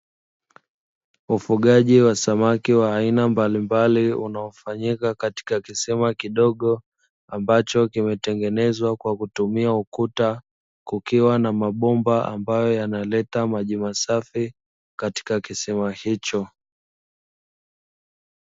Ufugaji wa samaki wa aina mbalimbali unaofanyika katika kisima kidogo ambacho kimetengenezwa kwa kutumia ukuta, kukiwa na mabomba ambayo yanaleta maji masafi katika kisima hicho.